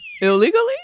illegally